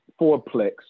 fourplex